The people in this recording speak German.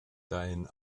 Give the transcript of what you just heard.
dein